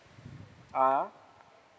ah ha